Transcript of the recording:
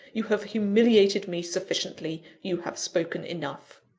you have humiliated me sufficiently you have spoken enough.